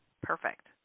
perfect